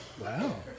Wow